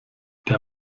der